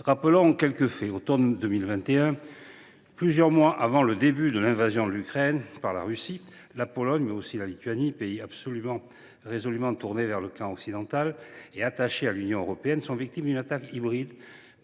Rappelons quelques faits. À l’automne 2021, plusieurs mois avant l’invasion de l’Ukraine par la Russie, la Pologne, mais aussi la Lituanie, pays résolument tournés vers le camp occidental et attachés à l’Union européenne, sont victimes d’une attaque hybride